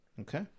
Okay